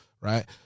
right